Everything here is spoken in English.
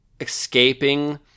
escaping